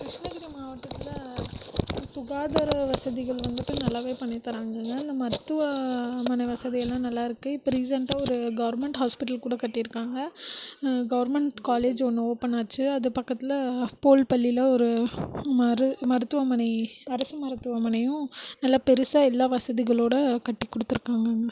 கிருஷ்ணகிரி மாவட்டத்தில் சுகாதார வசதிகள் வந்துட்டு நல்லாவே பண்ணி தராங்கங்க இந்த மருத்துவமனை வசதியெலாம் நல்லாயிருக்கு இப்போ ரீசென்ட்டாக ஒரு கவர்மெண்ட் ஹாஸ்ப்பிட்டல் கூட கட்டியிருக்காங்க கவர்மெண்ட் காலேஜ் ஒன்று ஓப்பனாச்சு அது பக்கத்தில் போல்பள்ளியில் ஒரு மருத்துவமனை அரசு மருத்துவமனையும் நல்ல பெரிசா எல்லா வசதிகளோடு கட்டி கொடுத்திருக்காங்கங்க